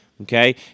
Okay